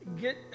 get